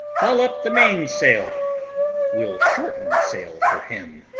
haul up the main-sail we'll shorten sail for him.